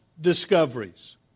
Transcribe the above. discoveries